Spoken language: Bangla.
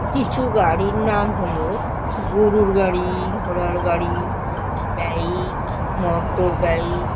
কিছু গাড়ির নাম হলো গরুর গাড়ি ঘোড়ার গাড়ি বাইক মটর বাইক